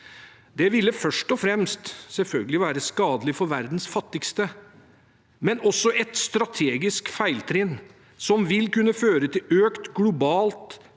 Det ville først og fremst selvfølgelig være skadelig for verdens fattigste, men også et strategisk feiltrinn som ville kunne føre til økt globalt